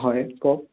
হয় কওক